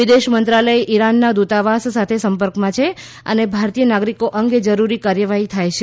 વિદેશમંત્રાલય ઇરાનના દૂતાવાસ સાથે સંપર્કમાં છે અને ભારતીય નાગરિકો અંગે જરૂરી કાર્યવાહી થાય છે